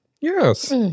Yes